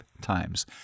times